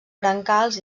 brancals